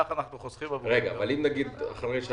זה עוול, ואין מילה אחרת.